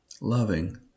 loving